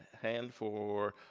hand for,